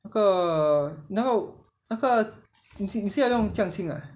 那个然后那个你你是要用酱清 ah